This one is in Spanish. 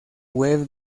web